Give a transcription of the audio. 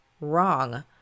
wrong